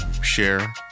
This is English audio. Share